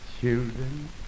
children